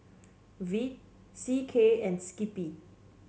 Veet C K and Skippy